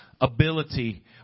ability